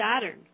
Saturn